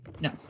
No